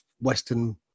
western